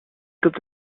gibt